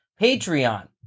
Patreon